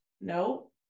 no